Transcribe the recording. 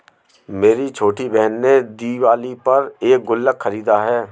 मेरी छोटी बहन ने दिवाली पर एक गुल्लक खरीदा है